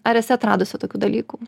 ar esi atradusi tokių dalykų